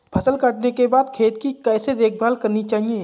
फसल काटने के बाद खेत की कैसे देखभाल करनी चाहिए?